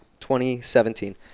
2017